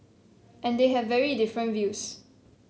and they have very different views